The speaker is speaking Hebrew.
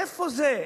איפה זה?